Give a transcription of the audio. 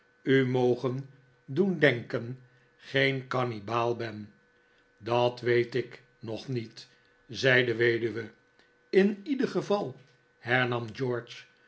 u mogen doen denken geen kannibaal ben dat weet ik nog niet zei de weduwe in ieder geval hernam